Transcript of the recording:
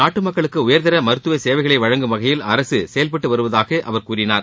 நாட்டு மக்களுக்கு உயர்தர மருத்துவ சேவைகளை வழங்கும் வகையில் அரசு செயல்பட்டு வருவதாக அவர் கூறினார்